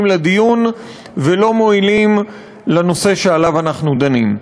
לדיון ולא מועילים לנושא שעליו אנחנו דנים.